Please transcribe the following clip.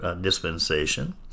dispensation